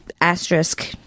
Asterisk